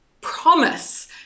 promise